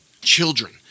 Children